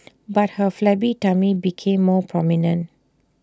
but her flabby tummy became more prominent